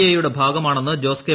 A യുടെ ഭാഗമാണെന്ന് Jose K